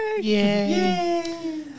Yay